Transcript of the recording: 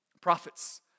Prophets